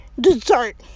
dessert